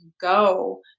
go